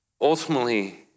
Ultimately